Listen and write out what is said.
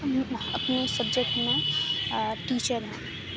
اپنے سبجیکٹ میں ٹیچر ہیں